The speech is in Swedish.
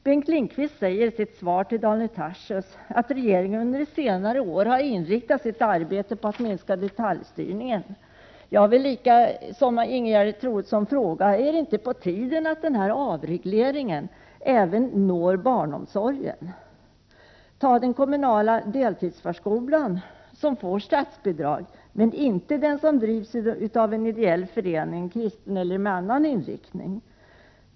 Bengt Lindqvist säger i sitt svar till Daniel Tarschys att regeringen under senare år har inriktat sitt arbete på att minska detaljstyrningen. Jag vill, liksom Ingegerd Troedsson, fråga om det inte är på tiden att avregleringen även når barnomsorgen. Man kan som exempel ta den kommunala deltidsförskolan. Den får statsbidrag, men inte den deltidsförskola som drivs av en ideell förening med kristen inriktning eller med annan inriktning.